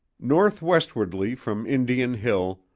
north westwardly from indian hill,